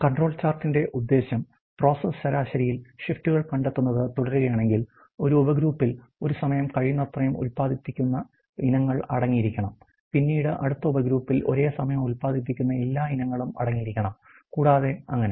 control ചാർട്ടിന്റെ ഉദ്ദേശ്യം process ശരാശരിയിൽ ഷിഫ്റ്റുകൾ കണ്ടെത്തുന്നത് തുടരുകയാണെങ്കിൽ ഒരു ഉപഗ്രൂപ്പിൽ ഒരു സമയം കഴിയുന്നത്രയും ഉൽപാദിപ്പിക്കുന്ന ഇനങ്ങൾ അടങ്ങിയിരിക്കണം പിന്നീട് അടുത്ത ഉപഗ്രൂപ്പിൽ ഒരേ സമയം ഉൽപാദിപ്പിക്കുന്ന എല്ലാ ഇനങ്ങളും അടങ്ങിയിരിക്കണം കൂടാതെ അങ്ങനെ